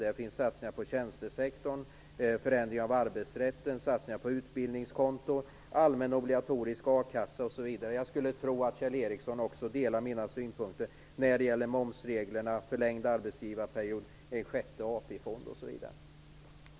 Där finns satsningar på tjänstesektorn, förändring av arbetsrätten, satsningar på utbildningskonto, allmän och obligatorisk a-kassa osv. Jag skulle tro att Kjell Ericsson också delar mina synpunkter när det gäller momsreglerna, förlängd arbetsgivarperiod, en sjätte AP-fond osv.